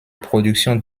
production